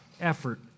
effort